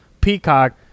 Peacock